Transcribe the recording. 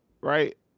right